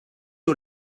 aux